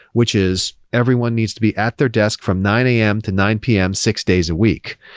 which is everyone needs to be at their desk from nine am to nine pm six days a week,